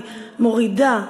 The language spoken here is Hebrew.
היא מורידה,